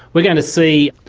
we are going to see,